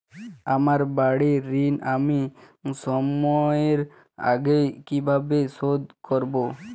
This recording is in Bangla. আমার বাড়ীর ঋণ আমি সময়ের আগেই কিভাবে শোধ করবো?